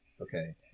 Okay